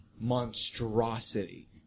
monstrosity